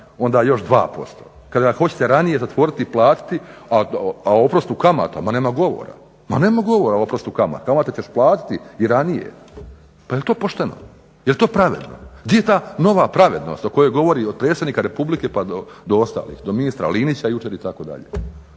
onda još 2%, kada hoćete ranije zatvoriti i platiti, a oprost u kamatama nema govora, nema govora o oprostu kamata, kamate ćeš platiti i ranije. Pa jel to pošteno? Jel to pravedno? Gdje je ta nova pravednost o kojoj govori od predsjednika Republike do ostalih, do ministra Linića jučer itd.? gdje